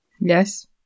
Yes